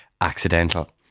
accidental